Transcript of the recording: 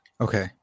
okay